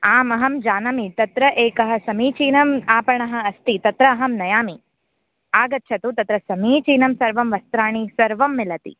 आम् अहं जानामि तत्र एकः समीचीनः आपणः अस्ति तत्र अहं नयामि आगच्छतु तत्र समीचीनं सर्वं वस्त्राणि सर्वं मिलति